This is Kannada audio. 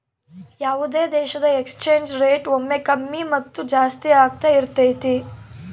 ಯಾವುದೇ ದೇಶದ ಎಕ್ಸ್ ಚೇಂಜ್ ರೇಟ್ ಒಮ್ಮೆ ಕಮ್ಮಿ ಮತ್ತು ಜಾಸ್ತಿ ಆಗ್ತಾ ಇರತೈತಿ